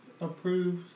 approved